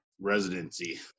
Residency